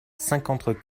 cinquante